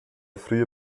frühe